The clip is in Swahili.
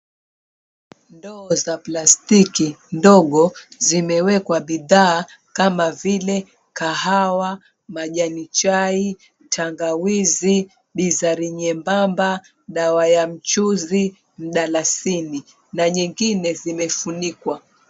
Ndoo za plastiki ndogo zimewekwa bidhaa kama vile kahawa, majani chai, tangawizi, bizari nyembamba, dawa ya mchuzi, mdalasini na nyengine zimefunikwa.